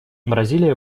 бразилия